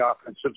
offensive